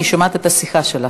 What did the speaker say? אני שומעת את השיחה שלך.